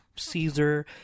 Caesar